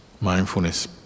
Mindfulness